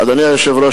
אדוני היושב-ראש,